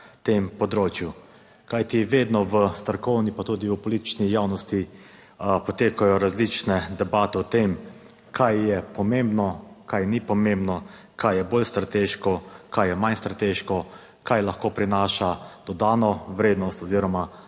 tem področju. Kajti vedno v strokovni, pa tudi v politični javnosti potekajo različne debate o tem, kaj je pomembno, kaj ni pomembno, kaj je bolj strateško, kaj je manj strateško, kaj lahko prinaša dodano vrednost oziroma